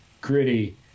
gritty